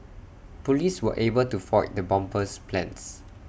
Police were able to foil the bomber's plans